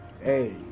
hey